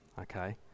Okay